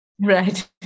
Right